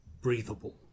breathable